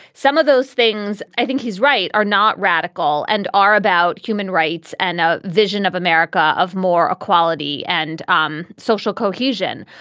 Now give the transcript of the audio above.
some of those things i think he is right are not radical and are about human rights and a vision of america of more equality and um social cohesion.